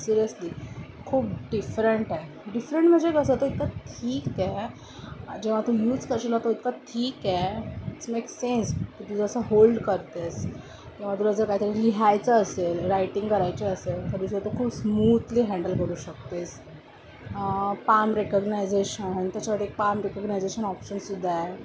seriously खूप different आहे different म्हणजे कसं तो इतका थीक आहे जेव्हा तू यूज करशील तो इतका थीक आहे इट्स मेक सेन्स की तू जर असं होल्ड करतेस किंवा तुला जर काहीतरी लिहायचं असेल रायटिंग करायचं असेल तर तुझं तो खूप स्मूथली हँडल करू शकतेस पाम रेकगनायझेशन त्याच्यावर एक पाम रेकगनायझेशन ऑप्शन सुद्धा आहे